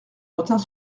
retint